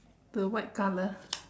the white color